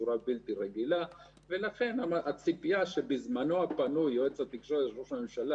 אני לא עושה דה-לגיטימציה לגורמים פרוגרסיביים.